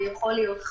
זה יכול להיות חג,